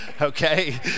okay